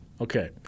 okay